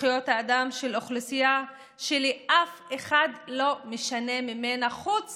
בזכויות האדם של אוכלוסייה שלאף אחד לא משנה ממנה חוץ